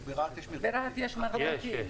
ברהט יש מרכנתיל.